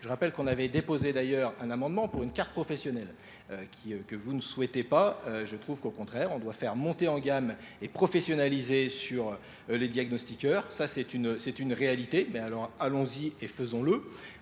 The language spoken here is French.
Je rappelle qu'on avait déposé d'ailleurs un amendement pour une carte professionnelle. que vous ne souhaitez pas, je trouve qu'au contraire, on doit faire monter en gamme et professionnaliser sur les diagnostiqueurs. Ça c'est une réalité, mais alors allons-y et faisons-le.